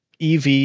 EV